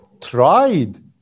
tried